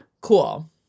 Cool